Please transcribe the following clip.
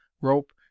rope